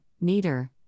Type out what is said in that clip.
neater